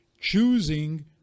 choosing